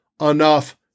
enough